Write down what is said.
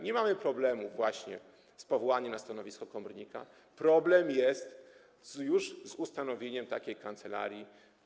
Nie mamy problemu właśnie z powołaniem na stanowisko komornika, problem jest już z ustanowieniem takiej kancelarii.